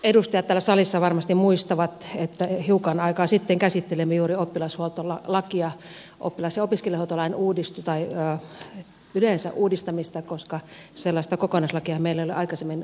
edustajat täällä salissa varmasti muistavat että hiukan aikaa sitten käsittelimme juuri oppilas ja opiskelijahuoltolakia tai yleensä sen uudistamista koska sellaista kokonaislakiahan meillä ei ole aikaisemmin ollutkaan olemassa